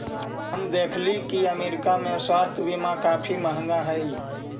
हम देखली की अमरीका में स्वास्थ्य बीमा काफी महंगा हई